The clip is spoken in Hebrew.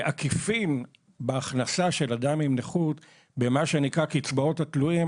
בעקיפין בהכנסה של אדם עם נכות במה שנקרא קצבאות התלויים,